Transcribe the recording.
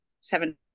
seven